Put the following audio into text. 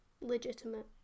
legitimate